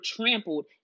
trampled